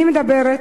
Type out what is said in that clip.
אני מדברת,